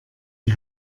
die